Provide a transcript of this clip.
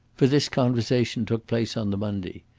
for this conversation took place on the monday,